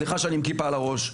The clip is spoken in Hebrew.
סליחה שאני עם כיפה על הראש,